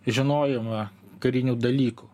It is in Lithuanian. žinojimą karinių dalykų